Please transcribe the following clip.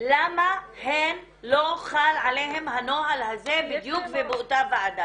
למה לא חל עליהן הנוהל הזה בדיוק ובאותה ועדה.